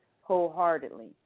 wholeheartedly